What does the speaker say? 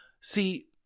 See